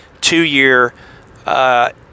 two-year